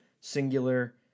singular